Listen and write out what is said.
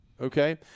okay